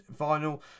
vinyl